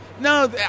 No